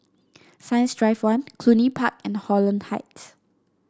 Science Drive One Cluny Park and Holland Heights